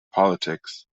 politics